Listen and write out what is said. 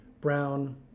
Brown